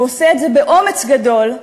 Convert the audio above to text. ועושה את זה באומץ גדול.